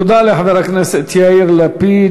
תודה לחבר הכנסת יאיר לפיד.